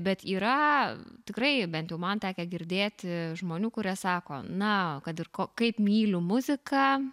bet yra tikrai bent jau man tekę girdėti žmonių kurie sako na kad ir ko kaip myliu muziką